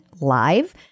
live